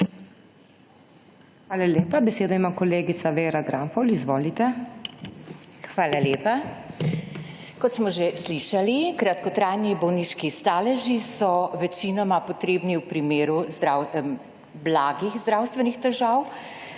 Hvala lepa. Besedo ima kolegica Vera Granfol. Izvolite! **VERA GRANFOL (PS Svoboda):** Hvala lepa. Kot smo že slišali, kratkotrajni bolniški staleži so večinoma potrebni v primeru blagih zdravstvenih težav,